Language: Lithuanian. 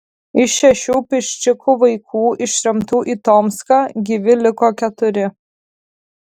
iš šešių piščikų vaikų ištremtų į tomską gyvi liko keturi